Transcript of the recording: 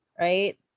right